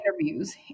interviews